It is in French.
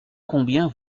combien